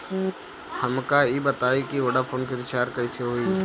हमका ई बताई कि वोडाफोन के रिचार्ज कईसे होला?